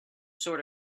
sort